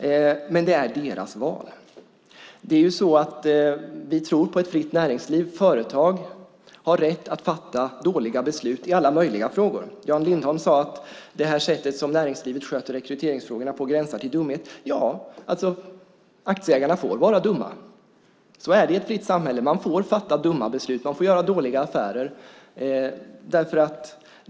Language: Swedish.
Det är deras val. Vi tror på ett fritt näringsliv. Företag har rätt att fatta dåliga beslut i alla möjliga frågor. Jan Lindholm sade att det sätt som näringslivet sköter rekryteringsfrågorna på gränsar till dumhet. Ja, aktieägarna får vara dumma. Så är det i ett fritt samhälle. Man får fatta dumma beslut. Man får göra dåliga affärer.